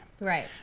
Right